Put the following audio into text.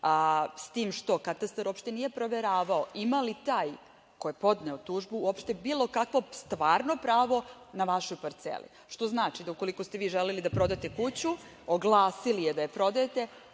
zabeležbu. Katastar uopšte nije proveravao ima li taj ko je podneo tužbu uopšte bilo kakvo stvarno pravo na vašoj parceli. To znači, ukoliko ste vi želeli da prodate kuću, oglasili je da je prodajete,